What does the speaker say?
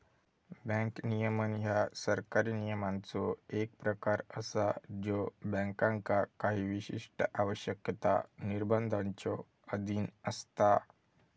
bank नियमन ह्या सरकारी नियमांचो एक प्रकार असा ज्यो बँकांका काही विशिष्ट आवश्यकता, निर्बंधांच्यो अधीन असता